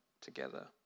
together